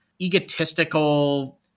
egotistical